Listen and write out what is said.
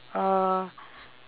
uh